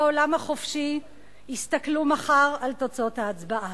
בעולם החופשי יסתכלו מחר על תוצאות ההצבעה,